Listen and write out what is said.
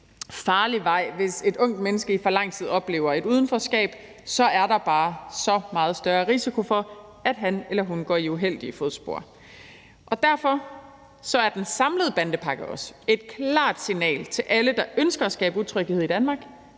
farlig vej, hvis et ungt menneske i for lang tid oplever et udenforskab, fordi der så bare er så meget større risiko for, at han eller hun går i andres uheldige fodspor. Derfor er den samlede bandepakke også et signal til alle, der ønsker at skabe utryghed i Danmark,